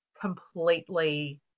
completely